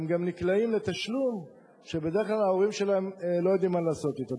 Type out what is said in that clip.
הם גם נקלעים לתשלום שבדרך כלל ההורים שלהם לא יודעים מה לעשות אתו.